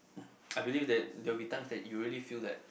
I believe that there will be times that you really feel that